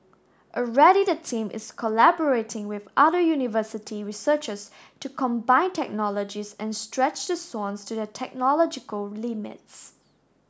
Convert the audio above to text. already the team is collaborating with other university researchers to combine technologies and stretch the swans to their technological limits